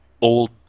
old